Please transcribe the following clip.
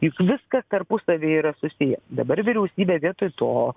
juk viskas tarpusavy yra susiję dabar vyriausybė vietoj to